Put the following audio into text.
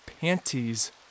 panties